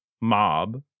mob